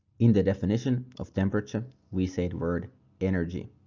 in the definition of temperature we said word energy.